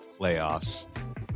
playoffs